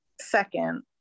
second